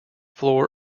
floor